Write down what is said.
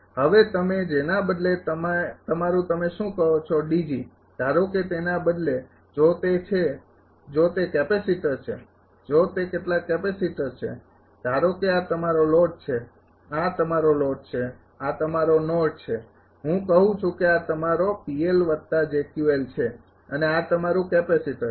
હવે તમે જેના બદલે તમારું તમે શું કહો છો DG ધારો કે તેના બદલે જો તે છે જો તે કેપેસિટર છે જો તે કેટલાક કેપેસિટર છે ધારો કે આ તમારો લોડ છે આ તમારો લોડ છે આ તમારો નોડ છે હું કહું છું કે આ તમારો છે અને આ તમારું કેપેસિટર છે